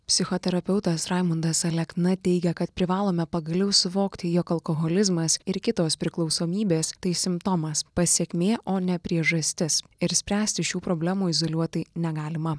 psichoterapeutas raimundas alekna teigia kad privalome pagaliau suvokti jog alkoholizmas ir kitos priklausomybės tai simptomas pasekmė o ne priežastis ir spręsti šių problemų izoliuotai negalima